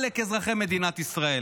עלק אזרחי מדינת ישראל.